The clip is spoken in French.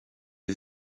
est